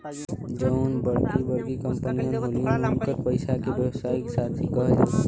जउन बड़की बड़की कंपमीअन होलिन, उन्कर पइसा के व्यवसायी साशी कहल जाला